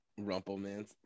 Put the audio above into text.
Rumpelman